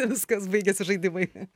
viskas baigiasi žaidimai